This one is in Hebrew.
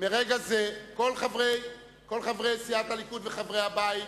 מרגע זה, כל חברי סיעת הליכוד וחברי הבית,